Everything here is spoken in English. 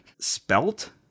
spelt